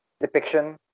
depiction